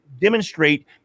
demonstrate